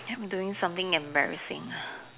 then we doing something embarrassing ah